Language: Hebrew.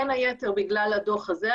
בין היתר בגלל הדוח הזה,